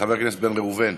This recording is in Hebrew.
חבר הכנסת בן ראובן,